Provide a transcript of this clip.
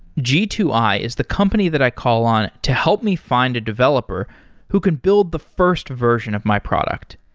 g two i is the company that i call on to help me find a developer who can build the first version of my product.